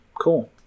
Cool